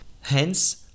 Hence